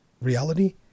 reality